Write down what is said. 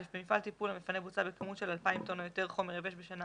במפעל טיפול המפנה בוצה בכמות של אלפיים טון או יותר חומר יבש בשנה